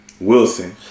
Wilson